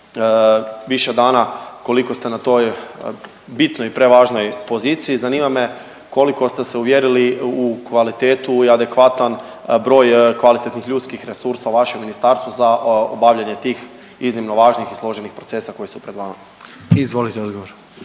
više dana koliko ste na toj bitnoj i prevažnoj poziciji, zanima me koliko ste se uvjerili u kvalitetu i adekvatan broj kvalitetnih ljudskih resursa u vašem ministarstvu za obavljanje tih iznimno važnih i složenih procesa koji su pred vama. **Jandroković,